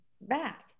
back